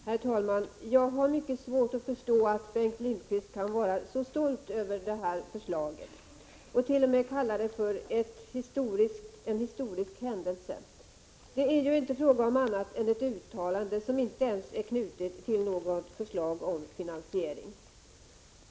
Herr talman! Jag har mycket svårt att förstå att Bengt Lindqvist kan vara så stolt över det här förslaget och t.o.m. kalla det en historisk händelse. Det är juinte fråga om annat än ett uttalande som inte ens är knutet till något förslag om finansiering.